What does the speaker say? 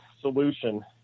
solution